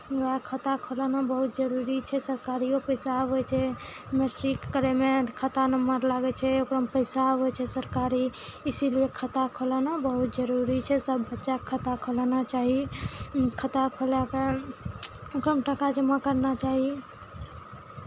उएह खाता खोलाना बहुत जरूरी छै सरकारियो पैसा अबै छै मैट्रिक करयमे खाता नम्बर लागै छै ओकरामे पैसा अबै छै सरकारी इसीलिए खाता खोलाना बहुत जरूरी छै सभ बच्चाकेँ खाता खोलाना चाही खाता खोला कऽ ओकरामे टाका जमा करना चाही